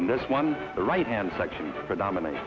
in this one the right hand section predomina